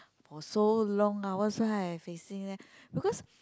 for so long ah why so I facing leh because